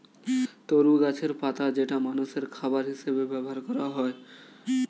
তরু গাছের পাতা যেটা মানুষের খাবার হিসেবে ব্যবহার করা হয়